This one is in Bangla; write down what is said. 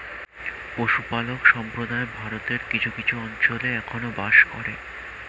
পশুপালক সম্প্রদায় ভারতের কিছু কিছু অঞ্চলে এখনো বাস করে